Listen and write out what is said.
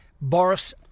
Boris